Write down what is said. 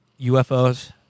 UFOs